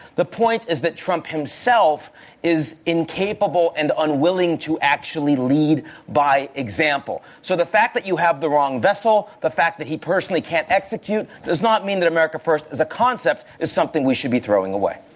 the point is that trump himself is incapable and unwilling to actually lead by example. so, the fact that you have the wrong vessel, the fact that he personally can't execute does not mean that america first as a concept is something we should be throwing away.